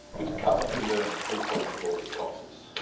which cuts through the midpoints of all these boxes.